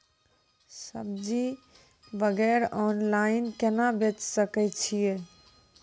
सब्जी वगैरह ऑनलाइन केना बेचे सकय छियै?